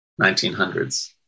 1900s